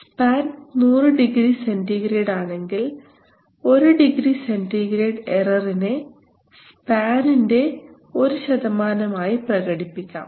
span 100 degree centigrade ആണെങ്കിൽ 1 degree centigrade എററിനെ സ്പാനിന്റെ 1 ആയി പ്രകടിപ്പിക്കാം